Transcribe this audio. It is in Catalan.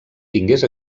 tingués